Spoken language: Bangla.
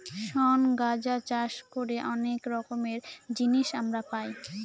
শন গাঁজা চাষ করে অনেক রকমের জিনিস আমরা পাই